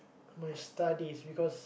my studies because